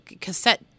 cassette